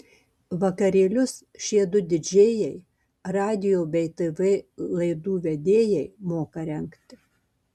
vakarėlius šie du didžėjai radijo bei tv laidų vedėjai moka rengti